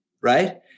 Right